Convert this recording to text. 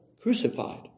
crucified